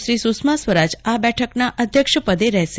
શ્રી સુષ્મા સ્વરાજ આ બેઠકના અધ્યક્ષપદે રહેશે